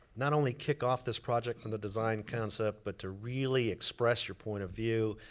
not only kick-off this project from the design concept, but to really express your point of view,